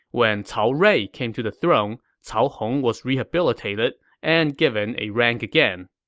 when cao rui came to the throne, cao hong was rehabilitated and given a rank again